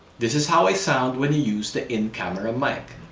this is how i sound when you use the in-camera mic.